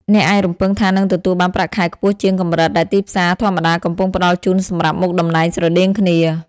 អ្នកអាចរំពឹងថានឹងទទួលបានប្រាក់ខែខ្ពស់ជាងកម្រិតដែលទីផ្សារធម្មតាកំពុងផ្តល់ជូនសម្រាប់មុខតំណែងស្រដៀងគ្នា។